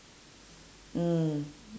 mm